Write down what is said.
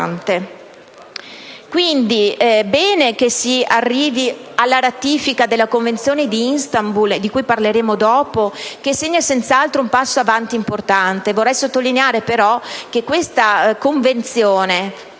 bene, quindi, arrivare alla ratifica della Convenzione di Istanbul, di cui parleremo dopo, che segna senz'altro un passo avanti davvero importante. Vorrei segnalare però che questa Convenzione